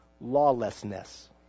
Lawlessness